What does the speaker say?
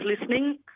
listening